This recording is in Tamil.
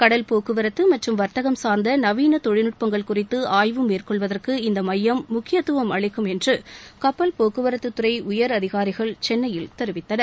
கடல் போக்குவரத்து மற்றும் வர்த்தகம் சார்ந்த நவீன தொழில்நுட்பங்கள் குறித்து ஆய்வு மேற்கொள்வதற்கு இந்த மையம் முக்கியத்துவம் அளிக்கும் என்று கப்பல் போக்குவரத்துத் துறை உயரதிகாரிகள் சென்னையில் தெரிவித்தனர்